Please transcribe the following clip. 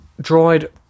dried